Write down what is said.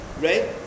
right